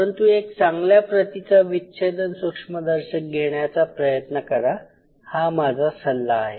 परंतु एक चांगल्या प्रतीचा विच्छेदन सूक्ष्मदर्शक घेण्याचा प्रयत्न करा हा माझा सल्ला आहे